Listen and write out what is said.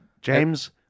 James